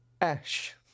Ash